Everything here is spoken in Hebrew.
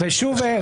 ושוב,